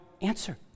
answer